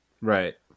right